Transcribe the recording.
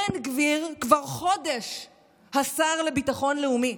בן גביר כבר חודש השר לביטחון לאומי,